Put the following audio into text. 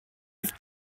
with